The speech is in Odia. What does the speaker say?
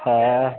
ହଏ